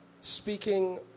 Speaking